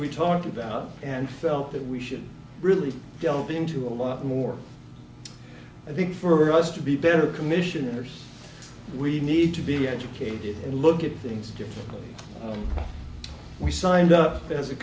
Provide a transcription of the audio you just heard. we talked about and felt that we should really delve into a lot more i think for us to be better commissioners we need to be educated look at things differently we signed up as a